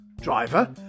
driver